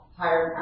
higher